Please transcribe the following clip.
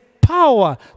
power